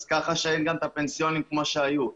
אז ככה שאין גם את הפנסיונים כמו שהיו.